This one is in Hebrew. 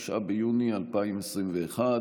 9 ביוני 2021,